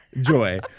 Joy